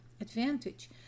advantage